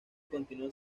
continúan